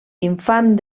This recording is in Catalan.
infant